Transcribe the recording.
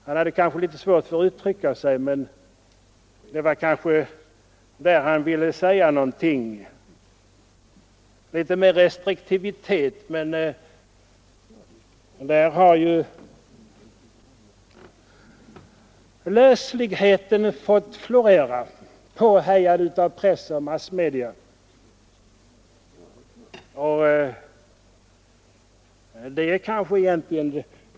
Han hade kanske litet svårt för att uttrycka sig, men vad han ville säga var kanske någonting om större restriktivitet. Lösligheten har ju fått florera, påhejad av press och andra massmedia.